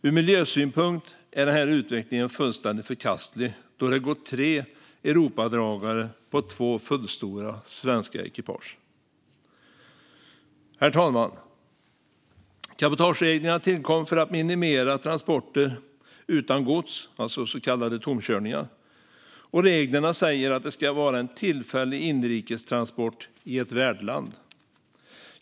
Ur miljösynpunkt är den här utvecklingen fullständigt förkastlig, då det går tre Europadragare på två fullstora svenska ekipage. Herr talman! Cabotagereglerna tillkom för att minimera transporter utan gods, så kallade tomkörningar, och reglerna säger att det ska vara en tillfällig inrikestransport i ett värdland.